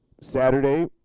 Saturday